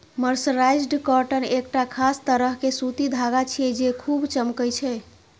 mercerised cotton एकटा खास तरह के सूती धागा छियै, जे खूब चमकै छै